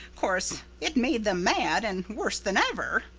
course it made them mad, and worse than ever.